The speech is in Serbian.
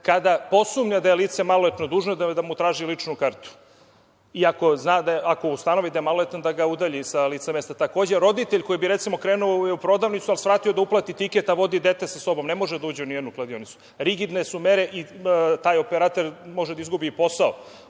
kada posumnja da je lice maloletno, dužno je da mu traži ličnu kartu, i ako ustanovi da je maloletan da ga udalji sa lice mesta. Takođe roditelj koji je recimo krenuo u prodavnicu, ali je svratio da uplati tiket, a vodi dete sa sobom, ne može da uđe ni u jednu kladionicu. Rigidne su mere, i taj operater može da izgubi posao